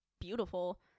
beautiful